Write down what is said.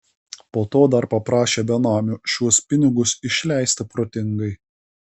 po to dar paprašė benamio šiuos pinigus išleisti protingai